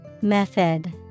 Method